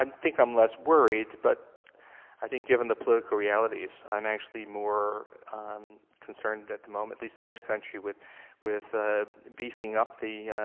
um think i'm less worried, but i think given the political realities, i'm actually more concerned at the moment, at least in this country, with with ah beefing up the